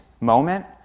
moment